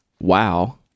Wow